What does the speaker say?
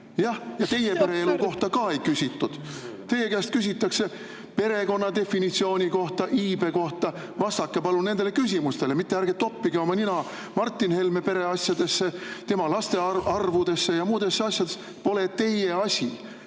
Jah, teie pereelu kohta ka ei küsitud. Teie käest küsitakse perekonna definitsiooni kohta, iibe kohta. Vastake palun nendele küsimustele, mitte ärge toppige oma nina Martin Helme pereasjadesse, tema laste arvu ja muudesse asjadesse. Pole teie asi!